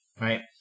right